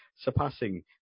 surpassing